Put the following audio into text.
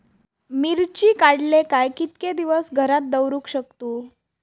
मिर्ची काडले काय कीतके दिवस घरात दवरुक शकतू?